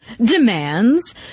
Demands